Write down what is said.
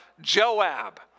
Joab